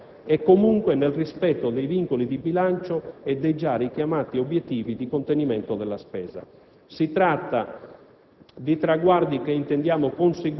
al servizio dell'attività parlamentare e, comunque, nel rispetto dei vincoli di bilancio e dei già richiamati obiettivi di contenimento della spesa. Si tratta